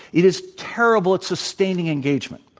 it is terrible at sustaining engagement.